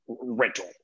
rental